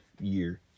year